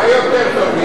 מה יותר טוב,